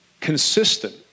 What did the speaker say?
consistent